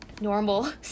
normal